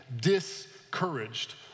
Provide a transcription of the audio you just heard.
discouraged